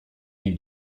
niej